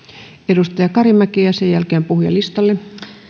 edustaja karimäki ja sen jälkeen puhujalistalle